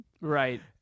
Right